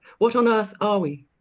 what on earth are we?